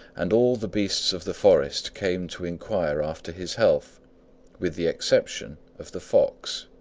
and all the beasts of the forest came to inquire after his health with the exception of the fox.